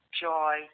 joy